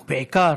ובעיקר,